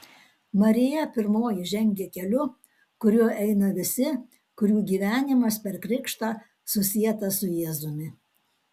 marija pirmoji žengia keliu kuriuo eina visi kurių gyvenimas per krikštą susietas su jėzumi